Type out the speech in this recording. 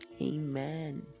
Amen